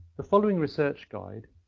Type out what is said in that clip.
the following research guide,